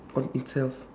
on itself